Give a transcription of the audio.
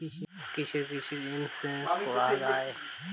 কিসের কিসের ইন্সুরেন্স করা যায়?